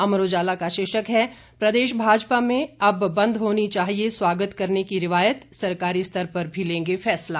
अमर उजाला का शीर्षक है प्रदेश भाजपा में अब बंद होनी चाहिये स्वागत करने की रिवायत सरकारी स्तर पर भी लेंगे फैसला